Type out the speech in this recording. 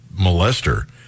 molester